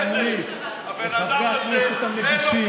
להמליץ לחברי הכנסת המגישים,